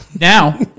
Now